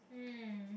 mm